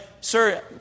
sir